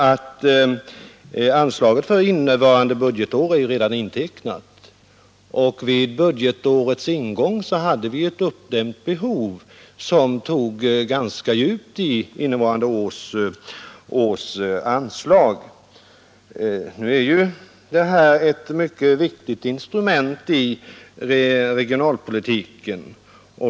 Anslaget för innevarande budgetår är nämligen redan intecknat — vid budgetårets slut hade vi ett uppdämt behov som tog ganska mycket av innevarande års anslag. Lokaliseringslån och lokaliseringsbidrag är ett mycket viktigt instrument i regionalpolitiken.